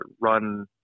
run